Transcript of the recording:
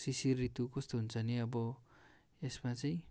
शिशिर ऋतु कस्तो हुन्छ भने अब यसमा चाहिँ